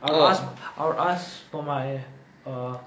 I will ask I will ask for my uh